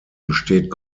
besteht